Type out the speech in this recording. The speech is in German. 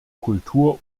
kultur